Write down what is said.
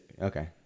Okay